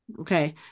Okay